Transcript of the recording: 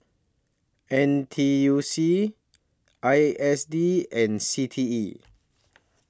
N T U C I S D and C T E